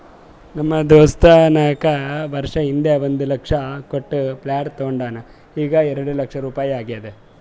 ನಮ್ ದೋಸ್ತ ನಾಕ್ ವರ್ಷ ಹಿಂದ್ ಒಂದ್ ಲಕ್ಷ ಕೊಟ್ಟ ಪ್ಲಾಟ್ ತೊಂಡಾನ ಈಗ್ಎರೆಡ್ ಲಕ್ಷ ರುಪಾಯಿ ಆಗ್ಯಾದ್